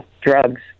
drugs